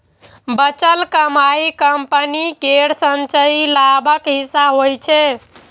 बचल कमाइ कंपनी केर संचयी लाभक हिस्सा होइ छै